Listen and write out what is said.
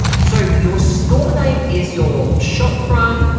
so your store name is your shopfront,